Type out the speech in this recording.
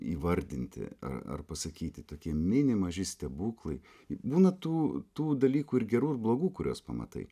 įvardinti ar pasakyti tokie mini maži stebuklai būna tų tų dalykų ir gerų ir blogų kuriuos pamatai